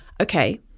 Okay